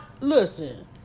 listen